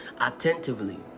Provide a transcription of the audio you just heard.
attentively